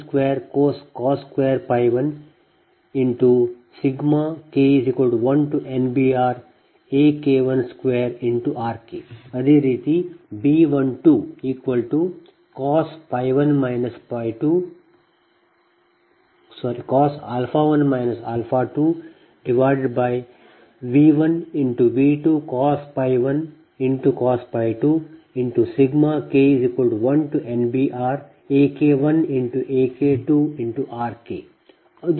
ಅದೇ ರೀತಿ B12 cos 1 2 V1V2cos 1cos 2 K1NBRAK1AK2RK ಅದು ನಿಮ್ಮ B221V222 K1NBRAK22RK ಆದ್ದರಿಂದ ಇದನ್ನು ವಾಸ್ತವವಾಗಿ B ಗುಣಾಂಕ ಎಂದು ಕರೆಯಲಾಗುತ್ತದೆ